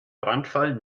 brandfall